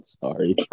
sorry